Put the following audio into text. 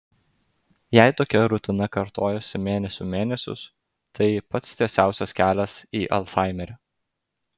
jei tokia rutina kartojasi mėnesių mėnesius tai pats tiesiausias kelias į alzhaimerį